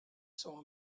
saw